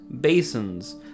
basins